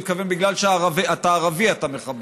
הוא התכוון שבגלל שאתה ערבי אתה מחבל.